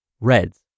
Reds